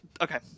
okay